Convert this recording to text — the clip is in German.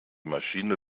maschine